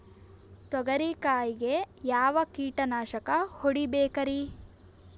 ತೊಗರಿ ಕಾಯಿಗೆ ಯಾವ ಕೀಟನಾಶಕ ಹೊಡಿಬೇಕರಿ?